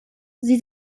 sie